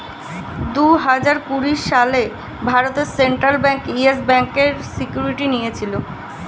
দুহাজার কুড়ি সালে ভারতের সেন্ট্রাল ব্যাঙ্ক ইয়েস ব্যাঙ্কের সিকিউরিটি নিয়েছিল